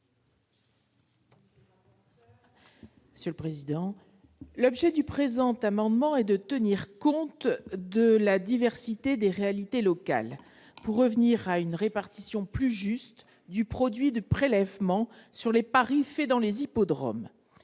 est à Mme Brigitte Lherbier. Le présent amendement a pour objet de tenir compte de la diversité des réalités locales pour revenir à une répartition plus juste du produit des prélèvements sur les paris faits dans les hippodromes.